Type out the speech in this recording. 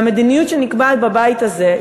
והמדיניות שנקבעת בבית הזה,